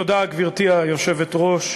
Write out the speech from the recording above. גברתי היושבת-ראש,